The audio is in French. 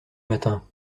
matin